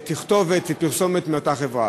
תודה רבה,